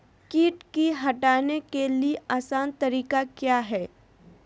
किट की हटाने के ली आसान तरीका क्या है?